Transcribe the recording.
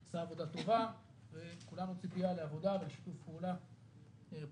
הוא עשה עבודה טובה וכולנו ציפייה לעבודה ולשיתוף פעולה פרודוקטיבי.